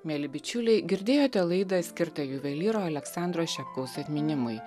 mieli bičiuliai girdėjote laidą skirtą juvelyro aleksandro šepkaus atminimui